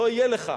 לא יהיה לך".